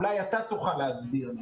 אולי אתה תוכל להסביר לי.